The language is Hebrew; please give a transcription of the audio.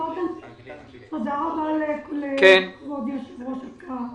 תודה רבה לכבוד יושב-ראש הוועדה.